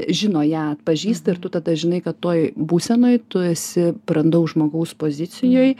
žino ją atpažįsta ir tu tada žinai kad toj būsenoj tu esi brandaus žmogaus pozicijoj